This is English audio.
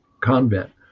convent